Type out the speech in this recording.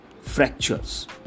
fractures